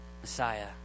Messiah